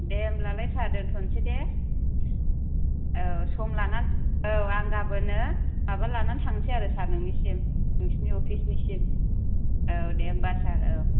दे होमब्लालाय सार दोनथ'नसै दे औ सम लानानै औ आं गाबोननो माबा लानानै थांसै आरो सार नोंनिसिम नोंसिनि अफिसनिसिम औ दे होनब्ला सार औ